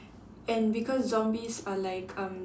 and because zombies are like um